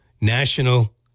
National